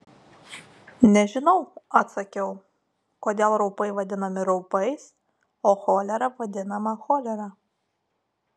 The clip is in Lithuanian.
nežinau atsakiau kodėl raupai vadinami raupais o cholera vadinama cholera